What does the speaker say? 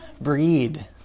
breed